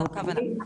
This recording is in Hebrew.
זו הכוונה.